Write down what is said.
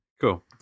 Cool